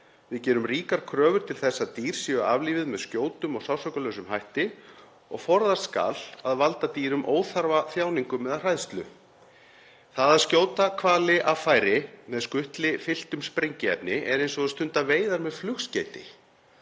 Við gerum ríkar kröfur til þess að dýr séu aflífuð með skjótum og sársaukalaust hætti og forðast skal að valda dýrum óþarfa þjáningum eða hræðslu. Það að skjóta hvali af færi með skutli fylltum sprengiefni er eins og að stunda veiðar með flugskeyti.